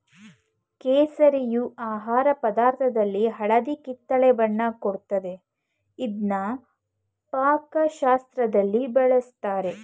ಕೇಸರಿಯು ಆಹಾರ ಪದಾರ್ಥದಲ್ಲಿ ಹಳದಿ ಕಿತ್ತಳೆ ಬಣ್ಣ ಕೊಡ್ತದೆ ಇದ್ನ ಪಾಕಶಾಸ್ತ್ರದಲ್ಲಿ ಬಳುಸ್ತಾರೆ